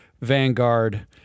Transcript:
Vanguard